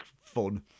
fun